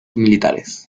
militares